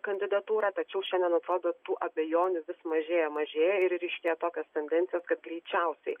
kandidatūrą tačiau šiandien atrodo tų abejonių vis mažėja mažėja ir ryškėja tokios tendencijos kad greičiausiai